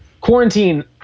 quarantine